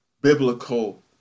biblical